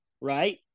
right